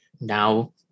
Now